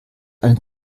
eine